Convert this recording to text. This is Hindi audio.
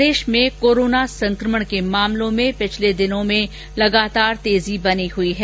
प्रदेश में कोरोना संक्रमण के मामलों में पिछले दिनों से लगातार तेजी बनी हुई है